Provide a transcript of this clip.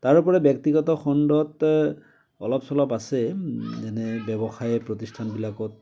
তাৰ উপৰি ব্য়ক্তিগত খণ্ডত অলপ চলপ আছে যেনে ব্য়ৱসায়ী প্ৰতিষ্ঠানবিলাকত